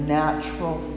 natural